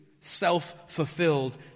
self-fulfilled